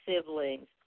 siblings